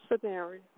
scenario